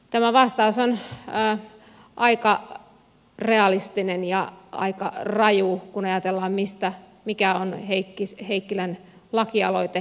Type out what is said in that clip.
tämä vastaus on aika realistinen ja aika raju kun ajatellaan mikä on heikkilän lakialoite